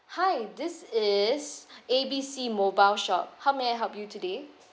hi this is A B C mobile shop how may I help you today